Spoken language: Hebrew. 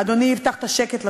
אדוני, הבטחת שקט לתושבים,